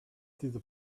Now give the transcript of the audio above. through